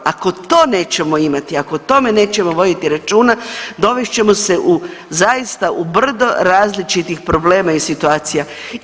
Ako to nećemo imati, ako o tome nećemo voditi računa dovest ćemo se u zaista u brdo različitih problema i situacija.